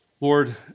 Lord